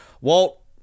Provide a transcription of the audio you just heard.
Walt